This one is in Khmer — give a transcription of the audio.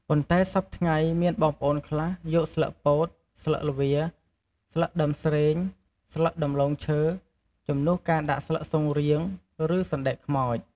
ប៉ុន្ដែសព្វថ្ងៃមានបងប្អូនខ្លះ យកស្លឹកពោត ស្លឹកល្វា ស្លឹកដើមស្រេង ស្លឹកដំឡូងឈើ ជំនួសការដាក់ស្លឹកស៊ុនរៀងឬសណ្តែកខ្មោច។